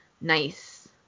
nice